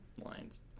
lines